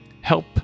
help